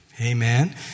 Amen